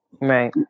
Right